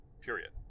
period